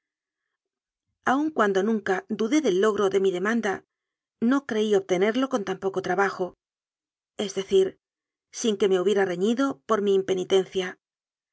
aun cuando nunca dudé del logro de mi demanda no creí obtenerlo con tan poco trabajo es de cir sin que me hubiera reñido por mi impeniten